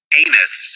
anus